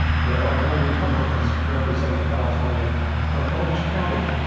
there are no republicans representing california from orange county,